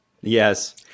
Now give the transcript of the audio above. Yes